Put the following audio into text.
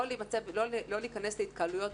לא להיכנס להתקהלויות